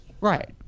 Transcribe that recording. Right